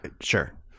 Sure